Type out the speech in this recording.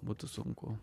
būtų sunku